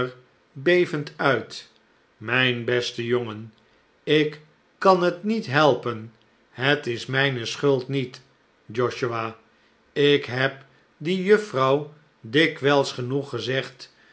bevend uit mijn beste jongen ik kan het niet helpen het is mijne schuld niet josiah ik heb die juffrouw dikwijls genoeg gezegd